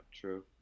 true